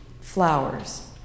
flowers